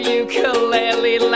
ukulele